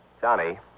Johnny